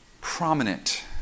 prominent